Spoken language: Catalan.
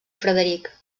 frederic